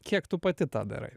kiek tu pati tą darai